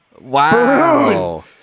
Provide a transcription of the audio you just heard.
Wow